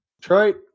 Detroit